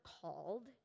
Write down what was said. called